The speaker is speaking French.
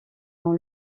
dans